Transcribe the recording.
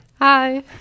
Hi